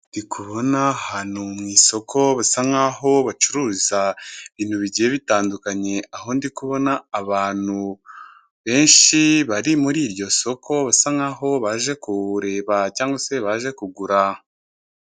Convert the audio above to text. Ndi kubona ahantu mu isoko basa nk'aho bacuruza ibintu bigiye bitandukanye aho ndi kubona abantu benshi bari muri iryo soko basa nk'aho baje kureba cyangwa se baje kugura.